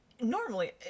normally